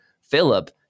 philip